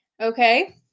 okay